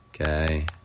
okay